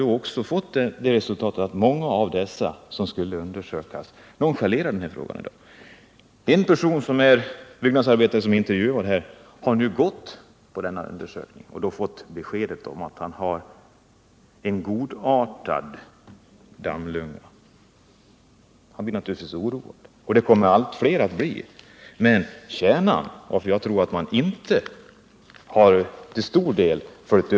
Det har fått till följd att många av dem som borde undersökas nonchalerar den här frågan i dag. En byggnadsarbetare som intervjuats har gått på denna undersökning och fått besked om att han har en godartad dammlunga. Han blir naturligtvis oroad, och det kommer allt fler att bli. Men kärnpunkten är varför man inte följer upp frågan.